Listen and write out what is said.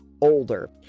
older